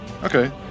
Okay